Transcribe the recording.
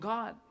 God